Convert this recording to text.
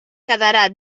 quedarà